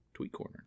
TweetCorner